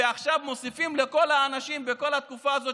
ועכשיו מוסיפים לכל האנשים בכל התקופה הזאת